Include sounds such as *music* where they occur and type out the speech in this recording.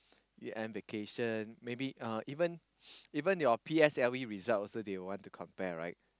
year end vacation maybe uh even *noise* even your P_S_L_E results also they will want to compare right